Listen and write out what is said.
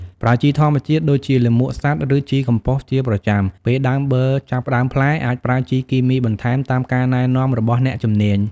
ប្រើជីធម្មជាតិដូចជាលាមកសត្វឬជីកំប៉ុស្តជាប្រចាំ ពេលដើមបឺរចាប់ផ្ដើមផ្លែ អាចប្រើជីគីមីបន្ថែមតាមការណែនាំរបស់អ្នកជំនាញ។